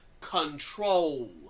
control